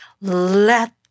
let